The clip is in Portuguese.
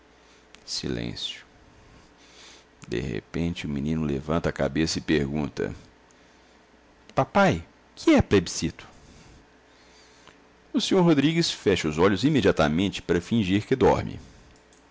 silêncio de repente o menino levanta a cabeça e pergunta papai que é plebiscito o senhor rodrigues fecha os olhos imediatamente para fingir que dorme